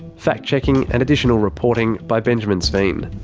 fact checking and additional reporting by benjamin sveen.